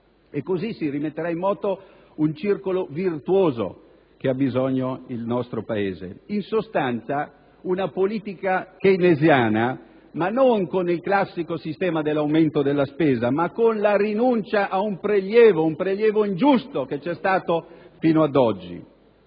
Così si rimetterà in moto il circolo virtuoso di cui ha bisogno il nostro Paese. In sostanza, si tratta di una politica keynesiana, intesa non con il classico sistema dell'aumento della spesa, ma con la rinuncia a un prelievo ingiusto come quello che c'è stato fino ad oggi.